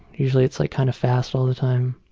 usually it's like kind of fast all the time.